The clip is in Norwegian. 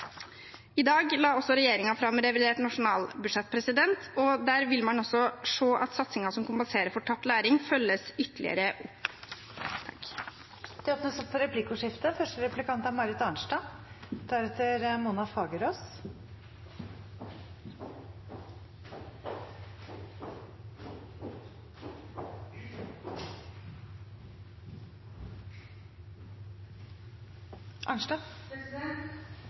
I dag la regjeringen fram revidert nasjonalbudsjett, og der vil man se at satsingen som kompenserer for tapt læring, følges ytterligere opp. Det blir replikkordskifte. Jeg tror nok vi er